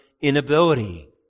inability